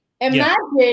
Imagine